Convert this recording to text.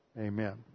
Amen